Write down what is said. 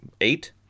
eight